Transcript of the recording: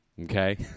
Okay